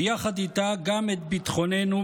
ויחד איתה גם את ביטחוננו,